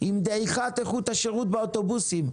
עם דעיכת איכות השירות באוטובוסים.